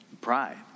Pride